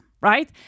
right